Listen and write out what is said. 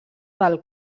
del